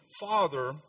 Father